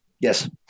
Yes